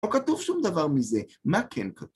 לא כתוב שום דבר מזה. מה כן כתוב?